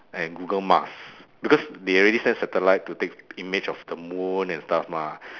and google mars because they already sent satellite to take image of the moon and stuff mah